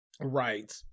Right